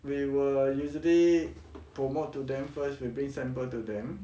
we were usually promote to them first we bring sample to them